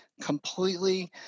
completely